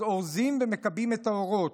אז אורזים ומכבים את האורות.